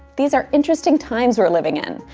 these are interesting times we're living in,